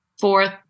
fourth